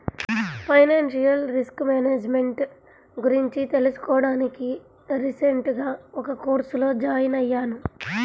financial risk management గురించి తెలుసుకోడానికి recent గా ఒక కోర్సులో జాయిన్ అయ్యాను